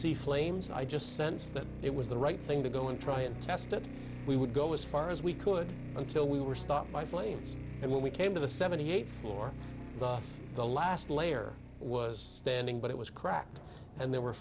see flames i just sense that it was the right thing to go and try and test it we would go as far as we could until we were stopped by flames and when we came to the seventy eighth floor the last layer was standing but it was cracked and there were